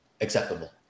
acceptable